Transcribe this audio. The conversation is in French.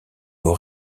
aux